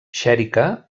xèrica